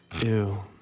Ew